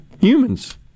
humans